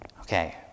Okay